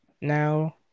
Now